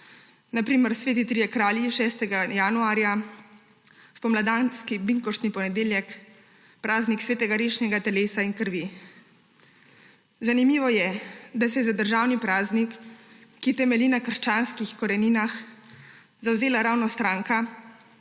na primer sveti trije kralji 6. januarja, spomladanski binkoštni ponedeljek, praznik svetega rešnjega telesa in krvi. Zanimivo je, da se je za državni praznik, ki temelji na krščanskih koreninah, zavzela ravno stranka,